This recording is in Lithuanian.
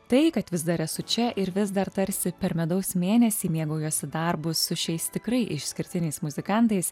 tai kad vis dar esu čia ir vis dar tarsi per medaus mėnesį mėgaujuosi darbu su šiais tikrai išskirtiniais muzikantais